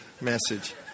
message